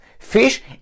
Fish